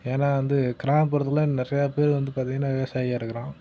ஏன்னா வந்து கிராமப்புறத்தில் நிறையா பேர் வந்து பார்த்திங்கனா விவசாயியாக இருக்கிறான்